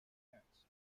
parents